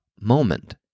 moment